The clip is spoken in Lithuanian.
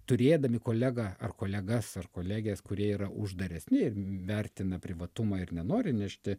turėdami kolegą ar kolegas ar koleges kurie yra uždaresni ir vertina privatumą ir nenori nešti